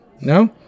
No